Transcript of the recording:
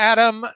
Adam